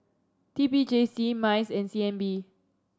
T P J C MICE and C N B